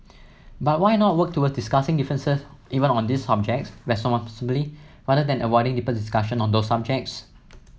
but why not work towards discussing differences even on those subjects responsibly rather than avoiding deeper discussion on those subjects